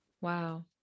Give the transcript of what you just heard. Wow